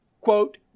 quote